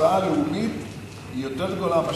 ההוצאה הלאומית היא יותר גדולה.